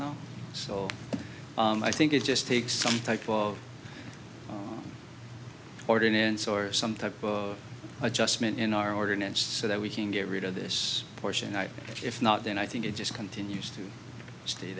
now so i think it just takes some type of ordinance or some type of adjustment in our ordinance so that we can get rid of this portion if not then i think it just continues to stay